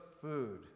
food